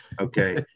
okay